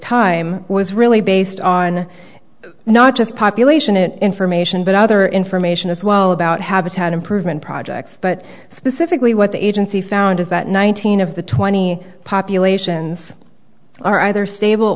time was really based on not just population it information but other information as well about habitat improvement projects but specifically what the agency found is that nineteen of the twenty populations are either stable